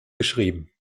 geschrieben